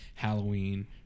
halloween